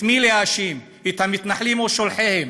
את מי להאשים, את המתנחלים או את שולחיהם?